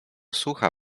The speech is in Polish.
sucha